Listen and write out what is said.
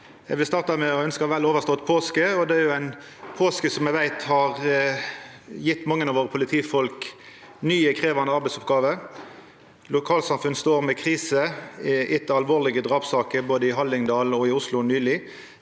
Eg vil starta med å ønskja vel overstått påske. Det er ei påske som eg veit har gjeve mange av våre politifolk nye krevjande arbeidsoppgåver. Lokalsamfunn står med kriser etter alvorlege drapssaker, både i Hallingdal og i Oslo nyleg.